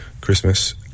Christmas